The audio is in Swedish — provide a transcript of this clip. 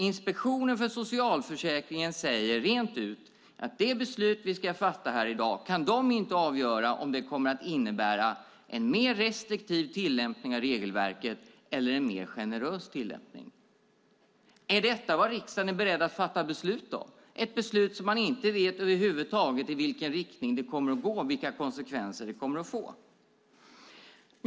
Inspektionen för socialförsäkringen säger rent ut att de inte kan avgöra om det beslut som vi ska fatta i dag kommer att innebära en mer restriktiv tillämpning av regelverket eller en mer generös tillämpning. Är detta vad riksdagen är beredd att fatta beslut om? Ett beslut som man inte vet över huvud taget i vilken riktning det kommer att gå och vilka konsekvenser det kommer att få.